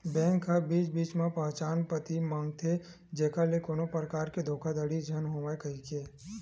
bank ह बीच बीच म पहचान पती मांगथे जेखर ले कोनो परकार के धोखाघड़ी झन होवय कहिके